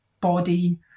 body